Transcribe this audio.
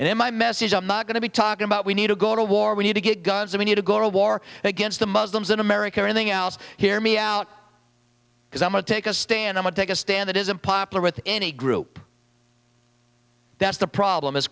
in my message i'm not going to be talking about we need to go to war we need to get guns or we need to go to war against the muslims in america or anything else hear me out because i'm a take a stand i would take a stand that isn't popular with any group that's the problem as